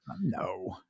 No